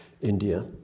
India